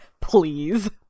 please